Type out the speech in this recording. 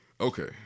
Okay